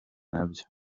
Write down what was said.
nabyo